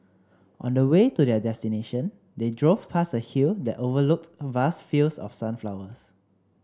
on the way to their destination they drove past a hill that overlooked vast fields of sunflowers